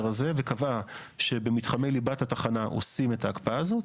הזה וקבעה שבמתחמי ליבת התחנה עושים את ההקפאה הזאת,